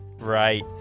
Right